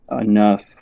enough